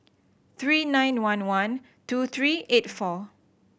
three nine one one two three eight four